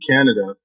Canada